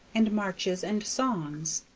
and marches and songs.